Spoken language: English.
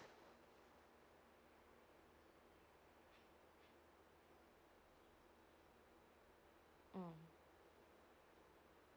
mm